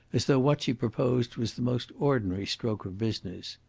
as though what she proposed was the most ordinary stroke of business.